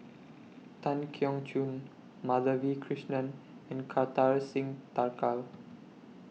Tan Keong Choon Madhavi Krishnan and Kartar Singh Thakral